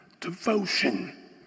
devotion